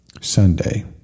Sunday